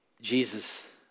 Jesus